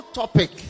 topic